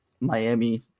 Miami